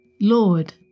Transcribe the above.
Lord